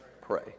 pray